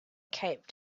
cape